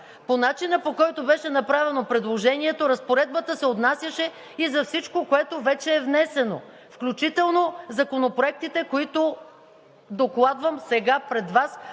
По начина, по който беше направено предложението, разпоредбата се отнасяше за всичко, което вече е внесено, включително законопроектите, които докладвам сега пред Вас